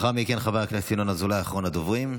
לאחר מכן, חבר הכנסת ינון אזולאי, אחרון הדוברים,